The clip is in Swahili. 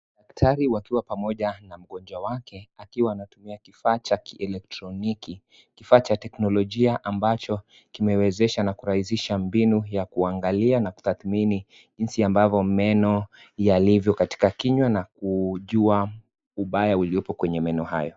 Daktari wakiwa pamoja na mgonjwa wake akiwa anatumia kifaa cha kielektroniki, kifaa cha teknolojia ambacho kimewezesha na kurahisisha mbinu ya kuangalia na kutathmini jinsi ambavyo meno yalivyo katika kinywa na kujua ubaya uliopo kwenye meno hayo.